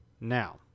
Now